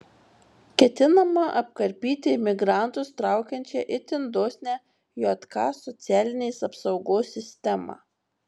ketinama apkarpyti imigrantus traukiančią itin dosnią jk socialinės apsaugos sistemą